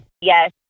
Yes